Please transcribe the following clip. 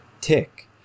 Tick